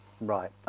Right